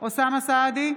אוסאמה סעדי,